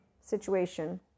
situation